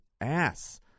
ass